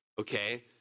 okay